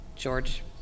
George